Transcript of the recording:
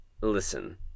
Listen